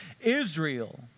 Israel